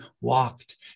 walked